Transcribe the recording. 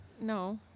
no